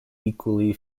equally